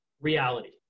reality